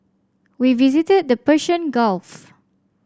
we visited the Persian Gulf